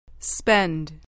Spend